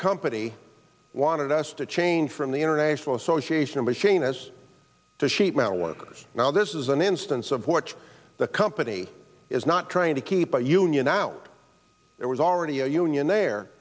company wanted us to change from the international association of machinists to sheet metal workers now this is an instance of which the company is not trying to keep the union out there was already a union there